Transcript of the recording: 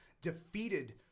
defeated